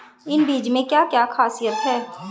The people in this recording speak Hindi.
इन बीज में क्या क्या ख़ासियत है?